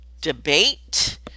debate